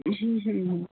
হুম হুম হুম